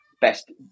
best